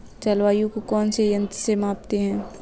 जलवायु को कौन से यंत्र से मापते हैं?